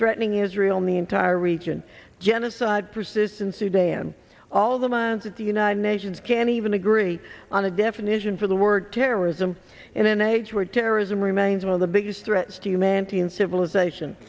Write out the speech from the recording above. threatening israel ne entire region genocide persists in sudan all the lancet the united nations can even agree on a definition for the word terrorism in an age where terrorism remains one of the biggest threats to humanity and civilization